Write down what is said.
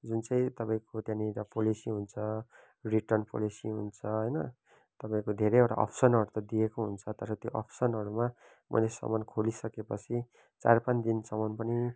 जुन चाहिँ तपाईँको त्यहाँनिर पोलिसी हुन्छ रिटर्न पोलिसी हुन्छ होइन तपाईँहरूको धेरैवटा ओप्सनहरू त दिएको हुन्छ तर त्यो ओप्सनहरूमा मैले सामान खेलिसके पछि चार पाँच दिनसम्म पनि